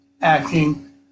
acting